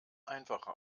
einfache